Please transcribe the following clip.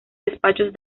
despachos